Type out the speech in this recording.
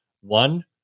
One